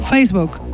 Facebook